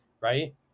Right